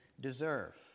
deserve